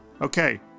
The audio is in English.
Okay